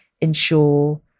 ensure